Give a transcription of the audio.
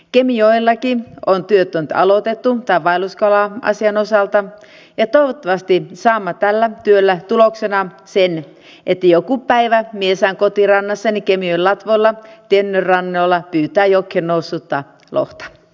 kemijoellakin on työt nyt aloitettu tämän vaelluskala asian osalta ja toivottavasti saamme täällä työllä tuloksena sen että joku päivä minä saan kotirannassani kemijoen latvoilla tenniön rannoilla pyytää jokeen noussutta lohta